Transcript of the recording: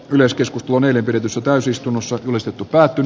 yleiskeskusteluun eli pidetyssä täysistunnossa tulisi tuplaten